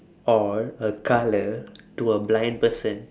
or a colour to a blind person